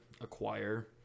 acquire